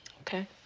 Okay